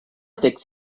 fix